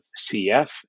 CF